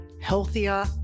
healthier